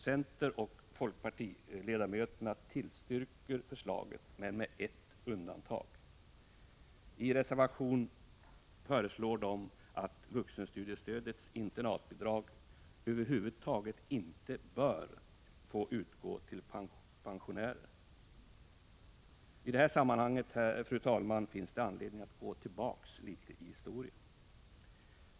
Centerns och folkpartiets utskottsledamöter tillstyrker förslaget, men med ett undantag. I en reservation föreslår de att vuxenstudiestödets internatbidrag över huvud taget inte bör utgå till pensionärer. I detta sammanhang, herr talman, finns det anledning att gå tillbaka till historien.